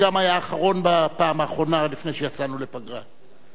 שגם היה האחרון בפעם האחרונה לפני שיצאנו לפגרה.